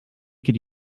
could